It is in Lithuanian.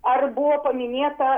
ar buvo paminėta